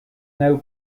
now